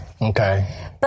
Okay